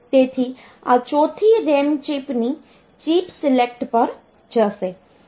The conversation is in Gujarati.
તેથી આ ચોથી RAM ચિપની ચિપ સિલેક્ટ પર જશે